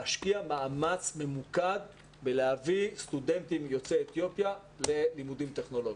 להשקיע מאמץ ממוקד להביא סטודנטים יוצאי אתיופיה ללימודים טכנולוגיים.